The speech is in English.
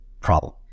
problem